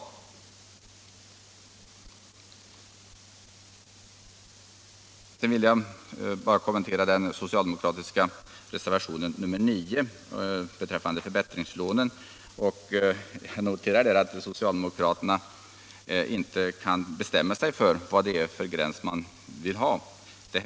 Sedan vill jag kommentera den socialdemokratiska reservationen 9 beträffande förbättringslånen. Jag noterar att socialdemokraterna inte kan bestämma sig för vilka gränser de vill ha.